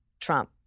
Trump